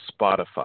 Spotify